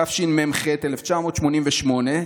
התשמ"ח 1998,